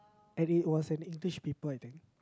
and it was an English paper I think